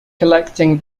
collecting